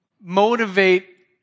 motivate